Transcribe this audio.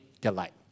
delight